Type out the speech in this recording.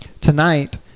tonight